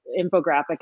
infographic